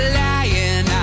lying